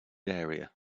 area